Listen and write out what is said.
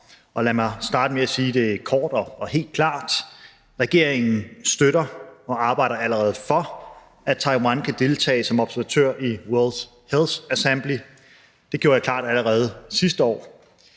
Lad mig starte med at sige det kort og helt klart: Regeringen støtter og arbejder allerede for, at Taiwan kan deltage som observatør i World Health Assembly. Det gjorde jeg klart allerede sidste år,